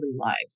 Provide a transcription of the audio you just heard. lives